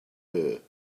her